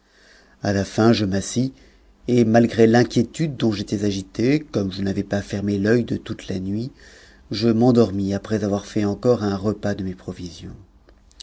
a la fin m'assis et malgré l'inquiétude dont j'étais agité comme je n'avais n fermé t'œit de toute la nuit je m'endormis après avoir fait encore n repas de mes provisions